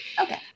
Okay